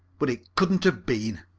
but it couldn't be